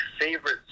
favorite